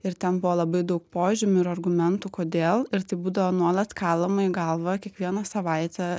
ir ten buvo labai daug požymių ir argumentų kodėl ir tai būdavo nuolat kalama į galvą kiekvieną savaitę